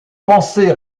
pensées